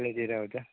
कहिलेतिर हुन्छ